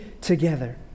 together